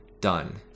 done